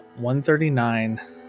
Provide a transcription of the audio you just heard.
139